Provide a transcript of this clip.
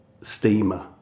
steamer